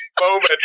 moment